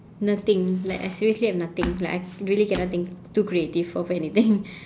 nothing like I seriously have nothing like I really cannot think too creative of anything